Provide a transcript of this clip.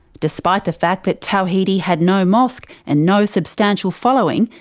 despite the fact that tawhidi had no mosque and no substantial following,